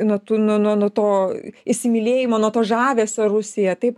nuo tų nuo nuo to įsimylėjimo nuo to žavesio rusija taip